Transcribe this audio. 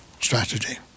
strategy